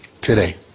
today